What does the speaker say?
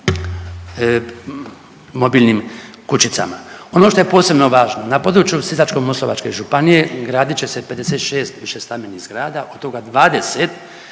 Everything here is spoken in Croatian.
mobilnim kućicama. Ono što je posebno važno na području Sisačko-moslavačke županije gradit će se 56 višestambenih zgrada, od toga 20